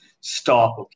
stop